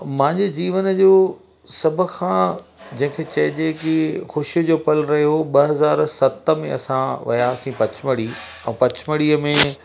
मांजे जीवन जो सब खां जैंखे चएजे कि खुशी जो पल रहियो ॿ हज़ार सत में असां वियासीं पचमढ़ी ऐं पचमढ़ीअ में